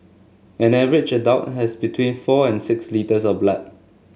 an average adult has between four and six litres of blood